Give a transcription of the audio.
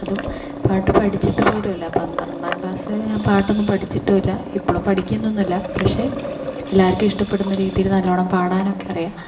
അതും പാട്ട് പഠിച്ചിട്ട് പോലുമില്ല പന്ത്രണ്ടാം ക്ലാസ് വരെ ഞാൻ പാട്ടൊന്നും പഠിച്ചിട്ടുമില്ല ഇപ്പളും പഠിക്കുന്നൊന്നുമില്ല പക്ഷെ എല്ലാവർക്കും ഇഷ്ടപ്പെടുന്ന രീതിയിൽ നല്ലോണം പാടുവാനൊക്കെ അറിയാം